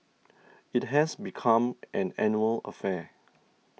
it has become an annual affair